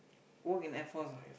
work in airforce ah